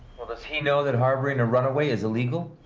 well, does he know that harboring a runaway is illegal?